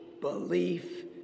belief